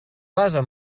base